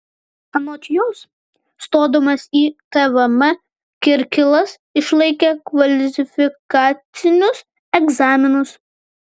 anot jos stodamas į tvm kirkilas išlaikė kvalifikacinius egzaminus